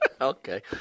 Okay